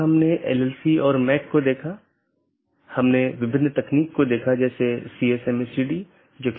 कैसे यह एक विशेष नेटवर्क से एक पैकेट भेजने में मदद करता है विशेष रूप से एक ऑटॉनमस सिस्टम से दूसरे ऑटॉनमस सिस्टम में